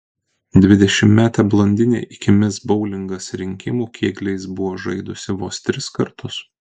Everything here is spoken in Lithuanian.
dvidešimtmetė blondinė iki mis boulingas rinkimų kėgliais buvo žaidusi vos tris kartus